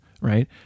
Right